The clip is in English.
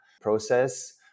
process